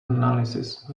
analysis